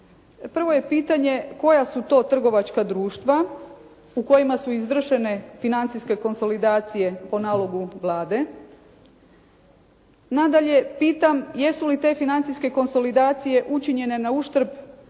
Prvo je pitanje koja su to trgovačka društva u kojima su izvršene financijske konsolidacije po nalogu Vlade. Nadalje pitam, jesu li te financijske konsolidacije učinjene na uštrb